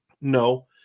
No